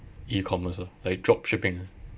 e-commerce ah like drop shipping ah